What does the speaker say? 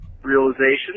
realization